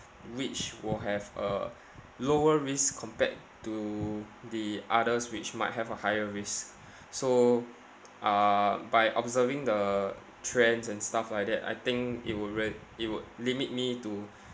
which will have a lower risk compared to the others which might have a higher risk so uh by observing the trends and stuff like that I think it would rea~ it would limit me to